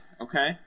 okay